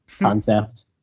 concept